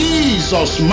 Jesus